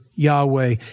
Yahweh